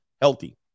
healthy